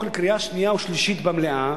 לקריאה שנייה ולקריאה שלישית במליאת